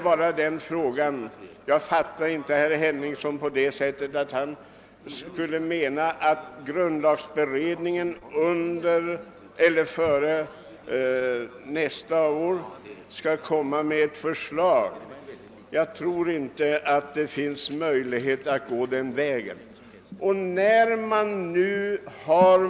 Herr Henningsson menar förmodligen inte att grundlagberedningen före nästa år kan framlägga ett förslag.